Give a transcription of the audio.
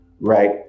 Right